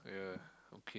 yeah okay